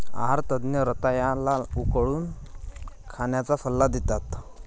आहार तज्ञ रताळ्या ला उकडून खाण्याचा सल्ला देतात